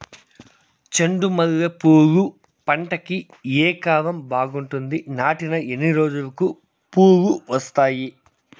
చెండు మల్లె పూలు పంట కి ఏ కాలం బాగుంటుంది నాటిన ఎన్ని రోజులకు పూలు వస్తాయి